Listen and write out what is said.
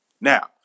Now